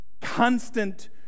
constant